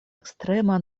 ekstrema